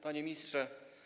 Panie Ministrze!